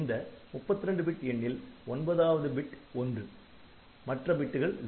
இந்த 32 பிட் எண்ணில் ஒன்பதாவது பிட் '1' மற்ற பிட்டுகள் '0'